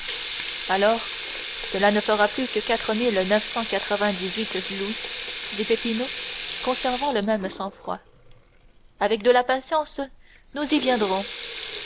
alors cela ne fera plus que quatre mille neuf cent quatre-vingt-dix-huit louis dit peppino conservant le même sang-froid avec de la patience nous y viendrons